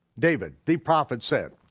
david, the prophet, said.